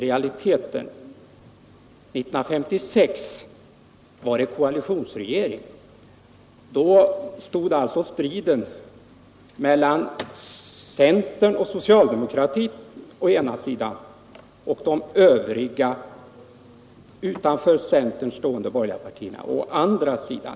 1956 hade vi nämligen en koalitionsregering. Då stod alltså striden mellan center och socialdemokrati å ena sidan och de övriga borgerliga partierna å andra sidan.